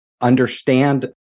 understand